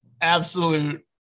Absolute